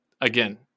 again